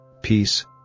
Peace